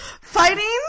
Fighting